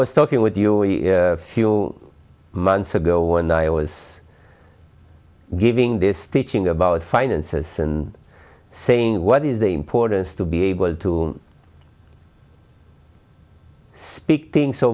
was talking with you a few months ago when i was giving this teaching about finances and saying what is the importance to be able to speak thing